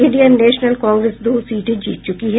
Indian National Congress दो seat जीत चुकी है